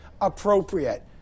appropriate